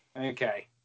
Okay